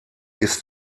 ist